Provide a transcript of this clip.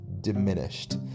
diminished